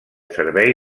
servei